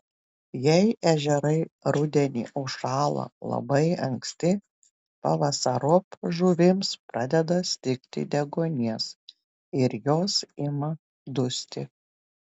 jei ežerai rudenį užšąla labai anksti pavasariop žuvims pradeda stigti deguonies ir jos ima dusti